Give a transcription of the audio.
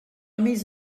més